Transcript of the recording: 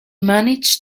managed